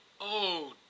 Oh